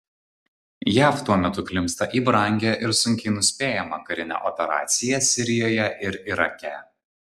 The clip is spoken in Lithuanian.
jav tuo metu klimpsta į brangią ir sunkiai nuspėjamą karinę operaciją sirijoje ir irake